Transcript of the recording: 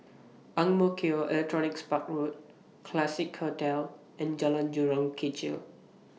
Ang Mo Kio Electronics Park Road Classique Hotel and Jalan Jurong Kechil